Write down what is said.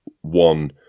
one